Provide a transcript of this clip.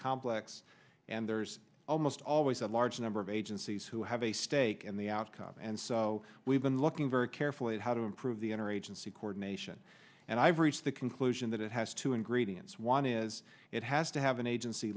complex and there's almost always a large number of agencies who have a stake in the outcome and so we've been looking very carefully at how to improve the inner agency coordination and i've reached the conclusion that it has two ingredients one is it has to have an agency